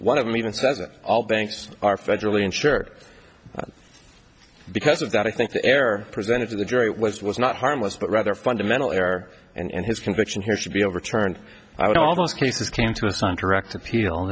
one of them even says it all banks are federally insured because of that i think the air presented to the jury was was not harmless but rather fundamental error and his conviction here should be overturned i would almost cases came to us on direct appeal